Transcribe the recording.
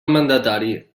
mandatari